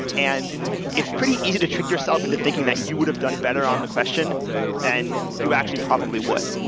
and it's pretty easy to trick yourself into thinking that you would have done better on the question than you actually probably would.